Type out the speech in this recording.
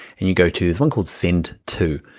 and you go to this one called send to,